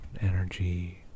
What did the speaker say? energy